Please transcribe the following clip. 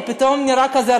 הוא פתאום נראה כזה,